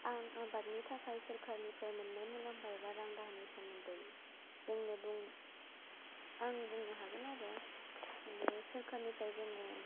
आं आबादनि थाखाय सोरखारनिफ्राय मोननाय मुलाम्फा एबा रां दाहारनि सोमोन्दै जोंनो बुं आं बुंनो हागोन आरो सरकारनिफ्राय जोङो